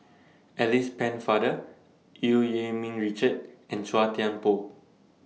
Alice Pennefather EU Yee Ming Richard and Chua Thian Poh